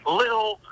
little